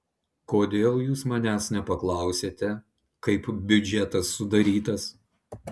kodėl jūs manęs nepaklausėte kaip biudžetas sudarytas